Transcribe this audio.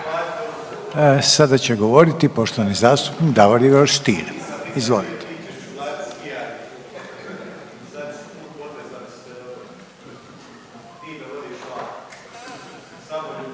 Sada će govoriti poštovani zastupnik Davor Ivo Stier. Izvolite.